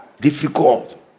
Difficult